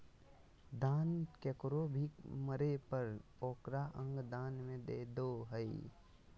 दान केकरो भी मरे पर ओकर अंग दान में दे दो हइ